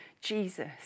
Jesus